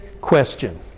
question